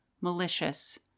malicious